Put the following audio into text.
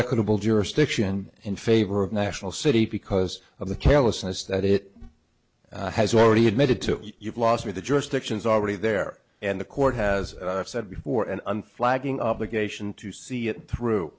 equitable jurisdiction in favor of national city because of the carelessness that it has already admitted to you've lost me the jurisdictions already there and the court has said before and unflagging obligation to see it through